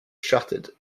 shuttered